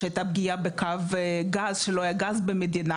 עת הייתה פגיעה בקו גז ולא היה גז במדינה,